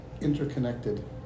interconnected